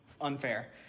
unfair